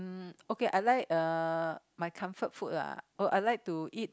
um okay I like uh my comfort food lah oh I like to eat